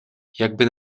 jakby